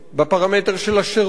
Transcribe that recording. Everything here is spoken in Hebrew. בפרמטר של השירות,